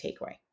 takeaway